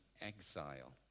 exile